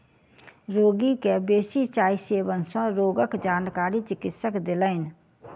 रोगी के बेसी चाय सेवन सँ रोगक जानकारी चिकित्सक देलैन